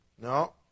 No